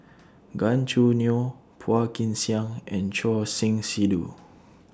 Gan Choo Neo Phua Kin Siang and Choor Singh Sidhu